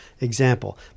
example